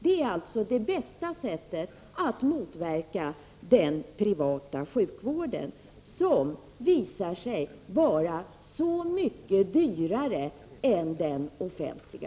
Det är det bästa sättet att motverka den privata sjukvården, som visar sig vara så mycket dyrare än den offentliga.